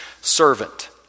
servant